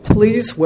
Please